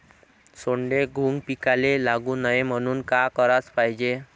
सोंडे, घुंग पिकाले लागू नये म्हनून का कराच पायजे?